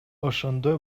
ошондой